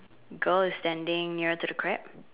girl is standing nearer to the crab